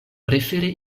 prefere